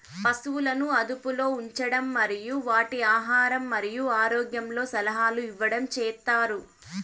పసువులను అదుపులో ఉంచడం మరియు వాటి ఆహారం మరియు ఆరోగ్యంలో సలహాలు ఇవ్వడం చేత్తారు